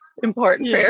Important